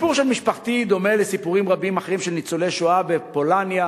הסיפור של משפחתי דומה לסיפורים רבים אחרים של ניצולי שואה בפולניה,